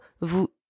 vous